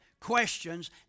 questions